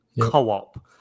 Co-op